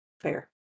fair